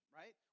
right